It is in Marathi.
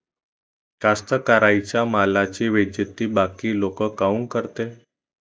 कास्तकाराइच्या मालाची बेइज्जती बाकी लोक काऊन करते?